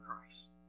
Christ